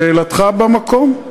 שאלתך במקום.